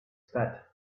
start